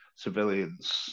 civilians